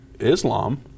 Islam